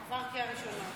הוא עבר קריאה ראשונה.